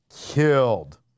killed